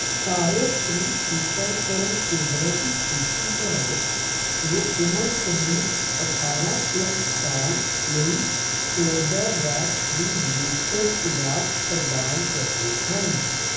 ਸਾਰੇ ਫ੍ਰੀ ਟੀਕਾਕਰਨ ਕੇਂਦਰਾਂ ਦੀ ਸੂਚੀ ਬਣਾਓ ਜੋ ਉਮਰ ਸਮੂਹ ਅਠਾਰਾਂ ਪਲੱਸ ਸਾਲ ਲਈ ਕੋਰਬੇਵੈਕਸ ਦੀ ਬੂਸਟਰ ਖੁਰਾਕ ਪ੍ਰਦਾਨ ਕਰਦੇ ਹਨ